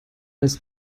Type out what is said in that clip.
ist